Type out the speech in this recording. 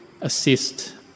assist